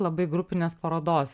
labai grupinės parodos